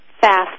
fast